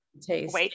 taste